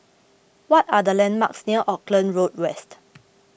what are the landmarks near Auckland Road West